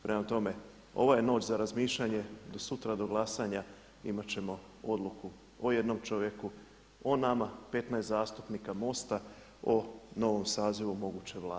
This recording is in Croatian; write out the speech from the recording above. Prema tome, ova je noć za razmišljanje do sutra do glasanja, imat ćemo odluku o jednom čovjeku o nama 15 zastupnika MOST-a u o novom sazivu moguće Vlade.